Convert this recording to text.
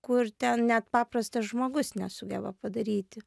kur ten net paprastas žmogus nesugeba padaryti